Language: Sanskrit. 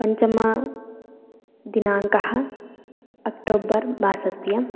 पञ्चमदिनाङ्कः अक्टोबर् मासस्य